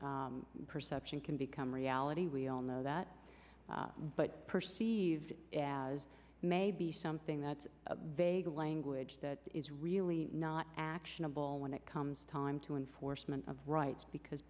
perception can become reality we all know that but perceived as maybe something that's vague language that is really not actionable when it comes time to enforcement of rights because